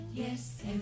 Yes